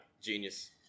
genius